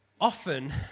often